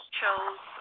chose